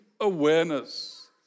awareness